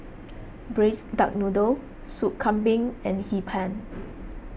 Braised Duck Noodle Sop Kambing and Hee Pan